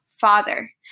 father